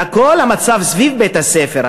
אלא את כל המצב סביב בית-הספר,